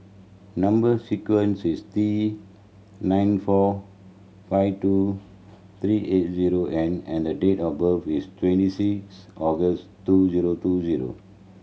number sequence is T nine four five two three eight zero N and the date of birth is twenty six August two zero two zero